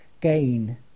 gain